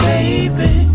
Baby